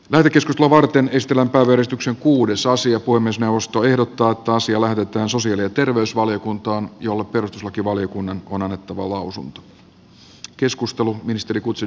mörkösatua varten ristillä päivystyksen kuudessa asia kuin myös puhemiesneuvosto ehdottaa että asia lähetetään sosiaali ja terveysvaliokuntaan jolle perustuslakivaliokunnan on annettava lausunto